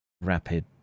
rapid